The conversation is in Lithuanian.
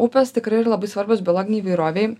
upės tikrai yra labai svarbios biologinei įvairovei